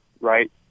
right